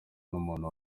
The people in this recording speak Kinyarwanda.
n’umuntu